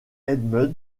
edmund